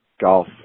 golf